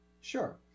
Sure